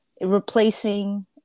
Replacing